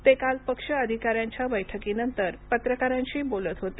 ते काल पक्ष अधिकाऱ्यांच्या बैठकीनंतर पत्रकारांशी बोलत होते